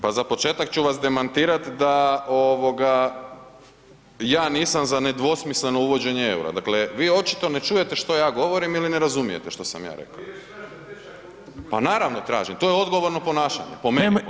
Pa za početak ću vas demantirati da ja nisam za nedvosmisleno uvođenje eura, dakle vi očito ne čujete što ja govorim ili ne razumijete što sam ja rekao. … [[Upadica sa strane, ne razumije se.]] Pa naravno da tražim, to je odgovorno ponašanje, po meni.